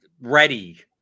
ready